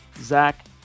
Zach